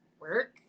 work